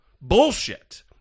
bullshit